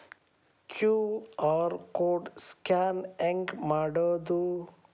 QR code scan ಹೆಂಗ್ ಮಾಡೋದು?